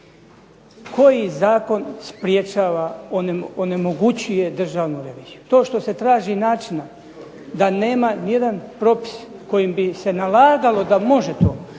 Koji zakon sprječava, onemogućuje Državnu reviziju? To što se traži načina da nema ni jedan propis kojim bi se nalagalo da može to.